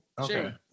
okay